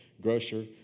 grocer